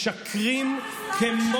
משקרים כמו,